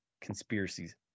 Conspiracies